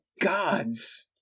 gods